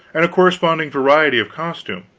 and a corresponding variety of costume.